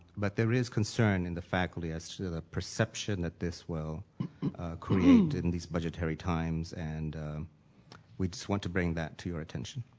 but there is concern in the faculty as to the the perception that this will create in this budgetary times and we just want to bring that to your attention.